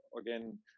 again